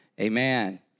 Amen